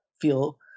feel